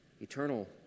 eternal